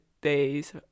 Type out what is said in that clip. days